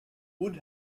would